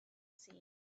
seen